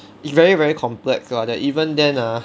it's very very complex [one] even then ah